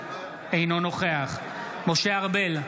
אינו נוכח משה ארבל,